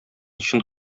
чын